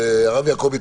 להציג